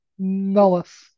Nullis